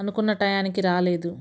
అనుకున్న టైంకి రాలేదు